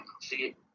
see